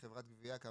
אנחנו